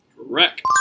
Correct